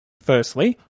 Firstly